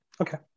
Okay